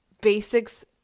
basics